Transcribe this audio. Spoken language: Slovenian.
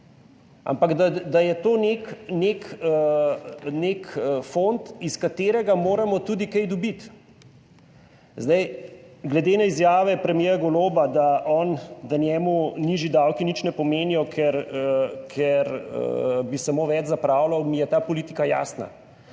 ampak da je to nek fond, iz katerega moramo tudi kaj dobiti. Zdaj glede na izjave premierja Goloba, da on, da njemu nižji davki nič ne pomenijo, ker bi samo več zapravljal, mi je ta politika jasna.